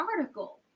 article